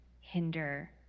hinder